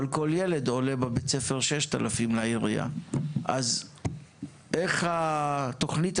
אבל כל ילד בבית ספר עולה לעירייה 6,000. לצור הדסה